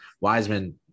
Wiseman